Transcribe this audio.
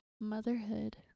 motherhood